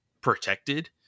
protected